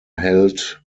held